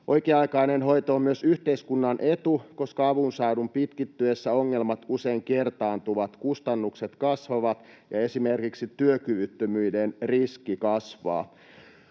Oikea-aikainen hoito on myös yhteiskunnan etu, koska avun saamisen pitkittyessä ongelmat usein kertautuvat, kustannukset kasvavat ja esimerkiksi työkyvyttömyyden riski kasvaa.